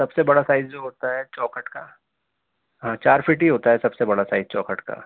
سب سے بڑا سائز جو ہوتا ہے چوکھٹ کا ہاں چار فٹ ہی ہوتا ہے سب سے بڑا سائز چوکھٹ کا